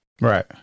right